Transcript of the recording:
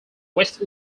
west